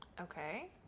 Okay